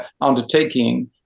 undertaking